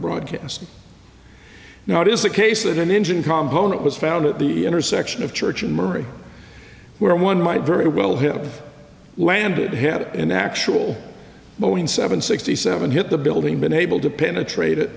broadcasting now it is the case that an engine combo that was found at the intersection of church and marie where one might very well have landed had an actual boeing seven sixty seven hit the building been able to penetrate it